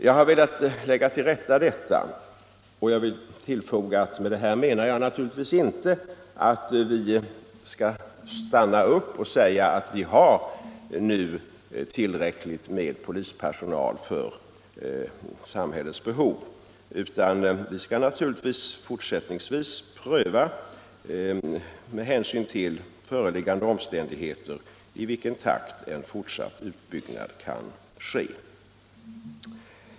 Jag har velat lägga detta till rätta, och jag vill tillfoga att jag inte menar att vi skall stanna upp och säga att vi nu har tillräckligt med sendet sendet 190 polispersonal för samhällets behov. Vi skall naturligtvis fortsättningsvis med hänsyn till föreliggande omständigheter pröva i vilken takt ytterligare utbyggnad kan ske.